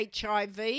HIV